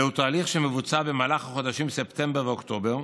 זהו תהליך שמבוצע במהלך החודשים ספטמבר ואוקטובר,